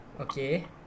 Okay